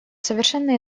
совершенно